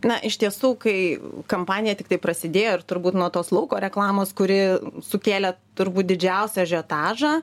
na iš tiesų kai kampanija tiktai prasidėjo ir turbūt nuo tos lauko reklamos kuri sukėlė turbūt didžiausią ažiotažą